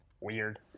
weird